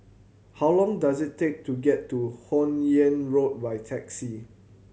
how long does it take to get to Hun Yeang Road by taxi